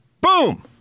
Boom